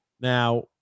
Now